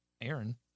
Aaron